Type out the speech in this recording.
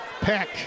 Pack